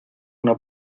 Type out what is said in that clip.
una